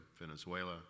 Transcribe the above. Venezuela